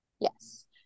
Yes